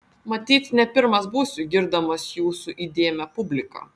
matyt ne pirmas būsiu girdamas jūsų įdėmią publiką